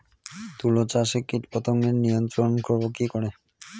তুলা চাষে কীটপতঙ্গ নিয়ন্ত্রণর করব কি করে?